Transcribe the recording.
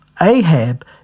Ahab